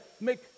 make